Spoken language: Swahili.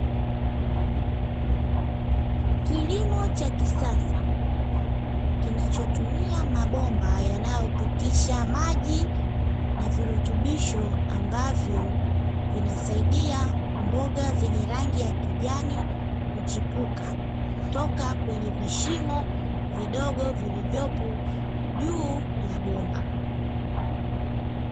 Kilimo cha kisasa, kinachotumia mabomba yanayopitisha maji na virutubisho ambavyo vinasaidia mboga zenye rangi ya kijani kuchipuka kutoka kwenye vishimo vidogo vilivyopo juu ya bomba.